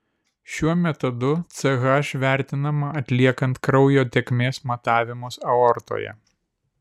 šiuo metodu ch vertinama atliekant kraujo tėkmės matavimus aortoje